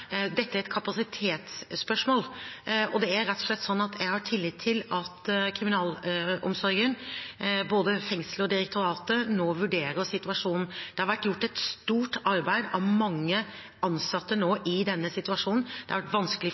er mange flere menn enn kvinner. Dette er et kapasitetsspørsmål, og jeg har rett og slett tillit til at kriminalomsorgen – både fengsel og direktoratet – nå vurderer situasjonen. Det har vært gjort et stort arbeid av mange ansatte nå i denne situasjonen. Det har vært vanskelig